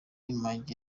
imirenge